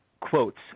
quotes